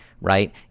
right